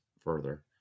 further